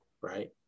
right